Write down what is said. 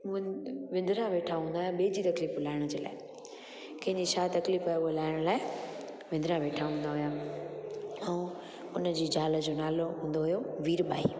विं विंदिरया वेठा हूंदा हुआ ॿिए जी तकलीफ़ूं लाहिण जे लाइ कंहिंजी छा तकलीफ़ आहे उहा लाहिण लाइ विंदिरया वेठा हूंदा हुआ ऐं हुनजी ज़ाल जो नालो हूंदो हुओ वीरबाई